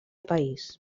país